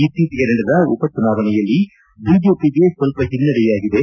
ಇತ್ತೀಚೆಗೆ ನಡೆದ ಉಪಚುನಾವಣೆಯಲ್ಲಿ ಬಿಜೆಪಿಗೆ ಸ್ವಲ್ಪ ಹಿನ್ನಡೆ ಯಾಗಿದೆ